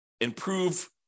improve